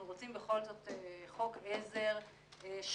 אנחנו רוצות בכל זאת חוק עזר שלנו,